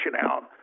out